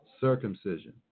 circumcision